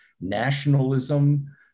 nationalism